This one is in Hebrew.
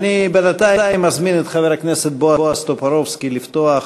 בינתיים אני מזמין את חבר הכנסת בועז טופורובסקי לפתוח.